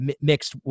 mixed